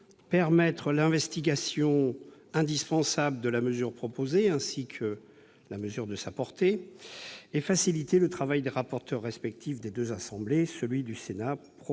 permettre l'étude indispensable de la mesure proposée et de sa portée et faciliter le travail des rapporteurs respectifs des deux assemblées, celui du Sénat